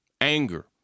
Anger